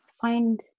Find